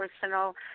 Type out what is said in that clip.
personal